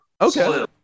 Okay